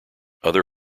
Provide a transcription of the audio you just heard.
other